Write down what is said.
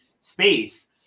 space